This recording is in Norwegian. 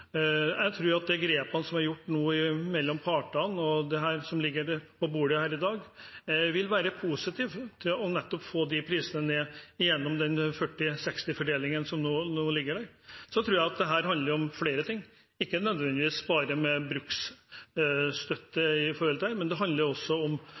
Jeg tror at de grepene som nå er gjort mellom partene, og det som ligger på bordet her i dag, vil være positivt for nettopp å få de prisene ned, gjennom den 40–60-fordelingen som nå ligger der. Jeg tror at dette handler om flere ting, ikke nødvendigvis bare om bruksstøtte. Det handler også om